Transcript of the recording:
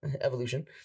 evolution